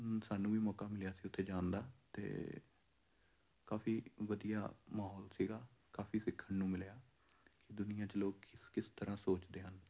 ਸਾਨੂੰ ਵੀ ਮੌਕਾ ਮਿਲਿਆ ਸੀ ਉੱਥੇ ਜਾਣ ਦਾ ਅਤੇ ਕਾਫ਼ੀ ਵਧੀਆ ਮਾਹੌਲ ਸੀਗਾ ਕਾਫ਼ੀ ਸਿੱਖਣ ਨੂੰ ਮਿਲਿਆ ਕਿ ਦੁਨੀਆਂ 'ਚ ਲੋਕ ਕਿਸ ਕਿਸ ਤਰ੍ਹਾਂ ਸੋਚਦੇ ਹਨ